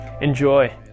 Enjoy